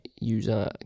user